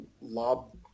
lob